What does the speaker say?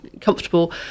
comfortable